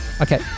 okay